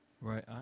Right